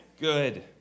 Good